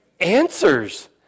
Answers